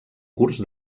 curs